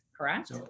correct